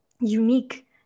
unique